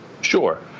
Sure